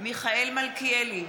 מיכאל מלכיאלי,